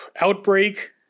Outbreak